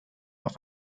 auf